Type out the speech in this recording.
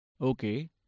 Okay